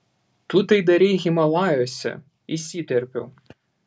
tu tai darei himalajuose įsiterpiau